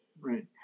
right